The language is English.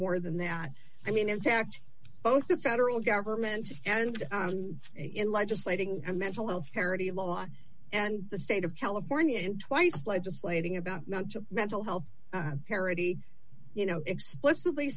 more than that i mean in fact both the federal government and in legislating a mental health parity law and the state of california in twice legislating about mental health parity you know explicitly